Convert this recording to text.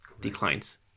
declines